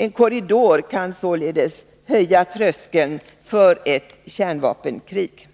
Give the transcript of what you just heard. En korridor kan således höja tröskeln för ett kärnvapenkrig.